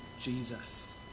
Jesus